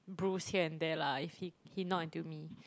bruise here and there lah if he he knock until me